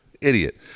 Idiot